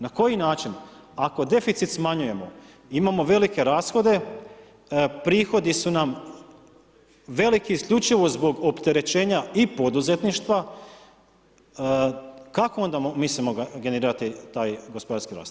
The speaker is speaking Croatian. Na koji način, ako deficit smanjujemo imao velike rashode, prihodi su nam veliki isključivo zbog opterećenja i poduzetništva kako onda mislimo generirati taj gospodarski rast.